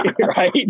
Right